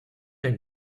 and